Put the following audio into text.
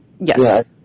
Yes